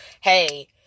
hey